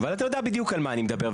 אבל אתה יודע בדיוק על מה אני מדבר.